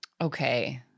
Okay